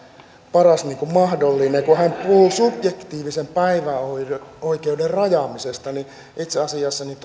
paras mahdollinen kun hän puhuu subjektiivisen päivähoito oikeuden rajaamisesta niin itse asiassa